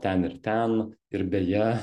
ten ir ten ir beje